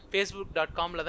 Facebook.com